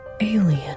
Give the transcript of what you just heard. alien